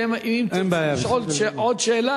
ואם תרצה לשאול עוד שאלה,